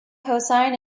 cosine